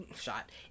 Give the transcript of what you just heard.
shot